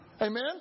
Amen